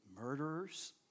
murderers